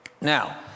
Now